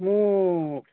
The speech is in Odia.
ମୁଁ